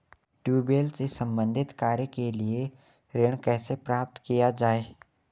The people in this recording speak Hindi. ट्यूबेल से संबंधित कार्य के लिए ऋण कैसे प्राप्त किया जाए?